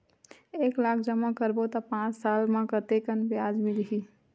एक लाख जमा करबो त पांच साल म कतेकन ब्याज मिलही?